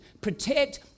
Protect